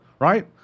right